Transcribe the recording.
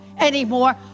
anymore